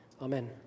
amen